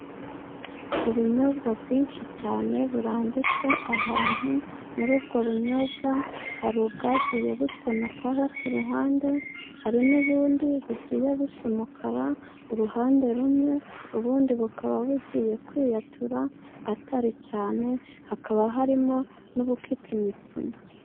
Ubunyobwa bwinshi cyane burambitse ahantu. Muri ubwo bunyobwa hari ubwagiye butonokaho ku ruhande. Hari n’ubundi bugiye busa umukara uruhande rumwe, ubundi bukaba bugiye kwiyatura atari cyane. Hakaba harimo n’ubufite imipfunya.